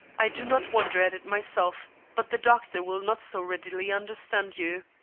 i do not wonder at it myself, but the doctor will not so readily understand you.